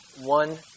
One